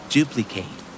Duplicate